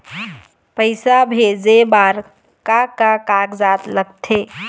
पैसा भेजे बार का का कागजात लगथे?